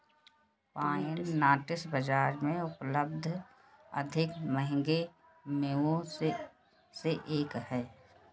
pine nuts बाजार में उपलब्ध अधिक महंगे मेवों में से एक हैं